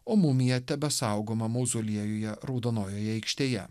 o mumija tebesaugoma mauzoliejuje raudonojoje aikštėje